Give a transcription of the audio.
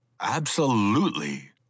Absolutely